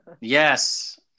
Yes